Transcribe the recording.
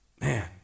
Man